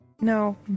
No